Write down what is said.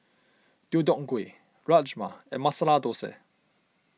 Deodeok Gui Rajma and Masala Dosa